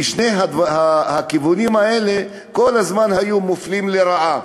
כי שני הכיוונים האלה כל הזמן היו מופלים לרעה,